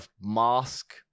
mask